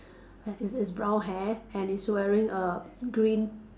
ha~ is is brown hair and is wearing a green